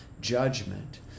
judgment